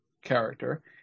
character